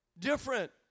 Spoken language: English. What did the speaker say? Different